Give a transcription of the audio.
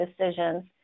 decisions